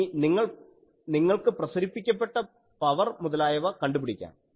ഇനി നിങ്ങൾക്ക് പ്രസരിപ്പിക്കപ്പെട്ട പവർ മുതലായവ കണ്ടുപിടിക്കാം